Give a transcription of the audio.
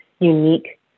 unique